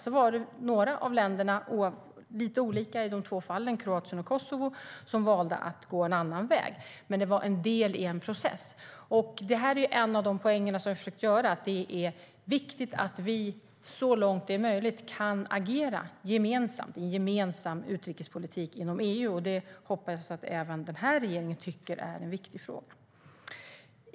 Det var lite olika länder i de två fallen med Kroatien och Kosovo som valde att gå en annan väg, men det var en del i en process. En av de poänger jag försökt göra är att det är viktigt att vi så långt det är möjligt agerar tillsammans i en gemensam utrikespolitik inom EU. Det hoppas jag att även denna regering tycker är en viktig fråga.